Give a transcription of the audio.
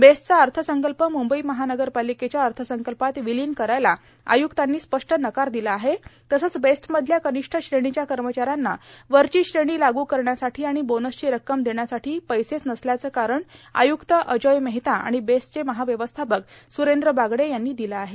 बेस्टचा अथसंकल्प मुंबई महार्पालकेच्या अथसंकल्पात विलान करायला आयुक्तांनी स्पष्ट नकार ादला आहे तसंच बेस्टमधल्या र्कानष्ठ श्रेणीच्या कमचाऱ्यांना वरची श्रेणी लागू करण्यासाठो आर्गण बोनसची रक्कम देण्यासाठो पैसेच नसल्याचं कारण आयुक्त अजोय मेहता आर्गाण बेस्टचे महाव्यवस्थापक सुरद्र बागडे यांनी दिलं आहे